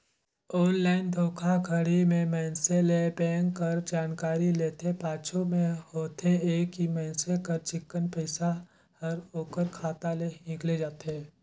online धोखाघड़ी में मइनसे ले बेंक कर जानकारी लेथे, पाछू में होथे ए कि मइनसे कर चिक्कन पइसा हर ओकर खाता ले हिंकेल जाथे